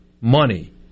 money